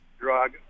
drug